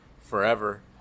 forever